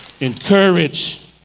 Encourage